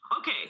Okay